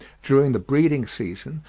during the breeding-season,